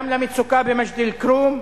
גם למצוקה במג'ד-אל-כרום,